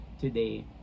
today